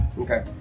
Okay